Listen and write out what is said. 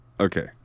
Okay